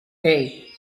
hey